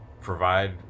provide